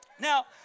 Now